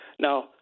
Now